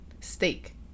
Steak